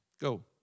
Go